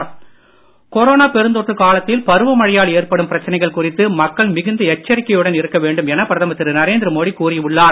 மோடி பருவமழை கொரோனா பெருந்தொற்றுக் காலத்தில் பருவமழையால் ஏற்படும் பிரச்சனைகள் குறித்து மக்கள் மிகுந்த எச்சரிக்கையுடன் இருக்க வேண்டும் என பிரதமர் திரு நரேந்திர மோடி கூறி உள்ளார்